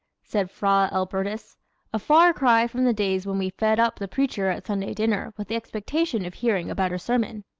said fra elbertus a far cry from the days when we fed up the preacher at sunday dinner with the expectation of hearing a better sermon!